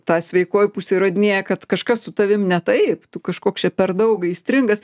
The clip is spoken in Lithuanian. ta sveikoji pusė įrodinėja kad kažkas su tavim ne taip tu kažkoks čia per daug aistringas